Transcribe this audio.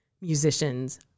musicians